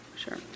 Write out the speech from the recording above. Sure